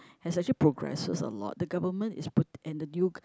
has actually progresses a lot the government is put and the new